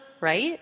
Right